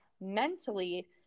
mentally